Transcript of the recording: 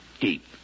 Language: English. deep